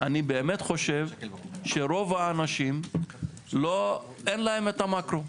אני באמת חושב, שרוב האנשים אין להם המקרו.